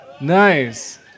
Nice